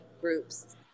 groups